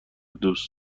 دوست